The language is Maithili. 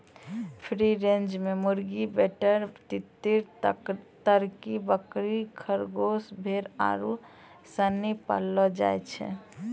फ्री रेंज मे मुर्गी, बटेर, तीतर, तरकी, बकरी, खरगोस, भेड़ आरु सनी पाललो जाय छै